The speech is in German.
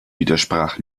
widersprach